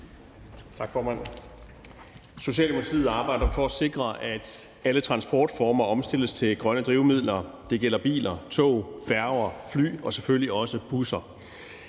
Socialdemokratiet arbejder for at sikre, at alle transportformer omstilles til grønne drivmidler – det gælder biler, tog, færger, fly og selvfølgelig også busser.